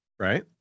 right